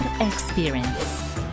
Experience